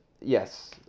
yes